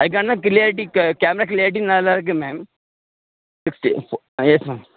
அதற்காண்டி தான் க்ளியாரிட்டி கே camera clarity நல்லா இருக்கு மேம் நெக்ஸ்ட்டு இப்போ ஆ யெஸ் மேம்